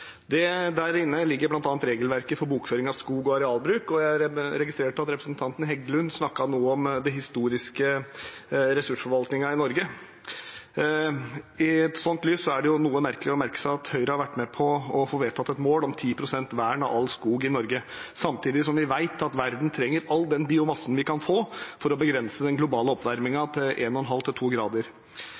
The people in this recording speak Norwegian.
2030. Der ligger bl.a. regelverket for bokføring av skog- og arealbruk, og jeg registrerte at representanten Heggelund snakket noe om den historiske ressursforvaltningen i Norge. I et sånt lys er det noe merkelig å merke seg at Høyre har vært med på å få vedtatt et mål om 10 pst. vern av all skog i Norge, samtidig som vi vet at verden trenger all den biomassen vi kan få, for å begrense den globale oppvarmingen til 1,5–2 grader. Vern av skog og nye restriksjoner fører til